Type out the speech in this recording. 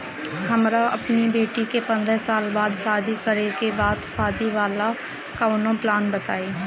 हमरा अपना बेटी के पंद्रह साल बाद शादी करे के बा त शादी वाला कऊनो प्लान बताई?